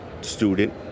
student